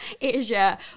Asia